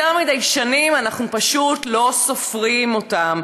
יותר מדי שנים אנחנו פשוט לא סופרים אותם.